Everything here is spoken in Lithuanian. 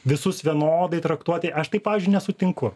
visus vienodai traktuoti aš tai pavyzdžiui nesutinku